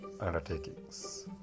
undertakings